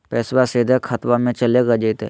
पैसाबा सीधे खतबा मे चलेगा जयते?